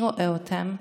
מי רואה אותם?